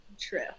true